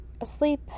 asleep